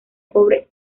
cobre